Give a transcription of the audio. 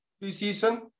pre-season